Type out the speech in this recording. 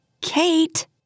Kate